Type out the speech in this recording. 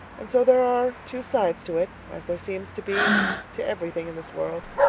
and so there are two sides to it, as there seems to be to everything in this world.